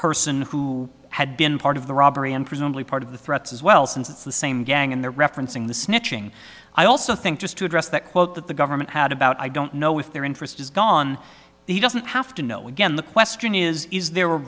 person who had been part of the robbery and presumably part of the threats as well since it's the same gang and their referencing the snitching i also think just to address that quote that the government had about i don't know if their interest is gone he doesn't have to know again the question is is there